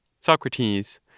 Socrates